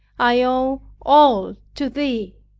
i owe all to thee